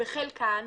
בחלקן,